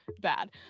bad